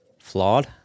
flawed